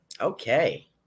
Okay